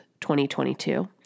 2022